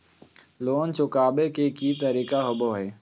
Loan चुकाबे के की तरीका होबो हइ?